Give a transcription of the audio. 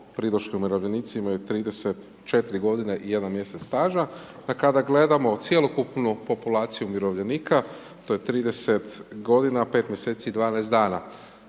pridošli umirovljenici imaju 34 godine i 1 mjesec staža. Da kada gledamo cjelokupnu populaciju umirovljenika, to je 30 godina, 5 mjeseci i 12 dana,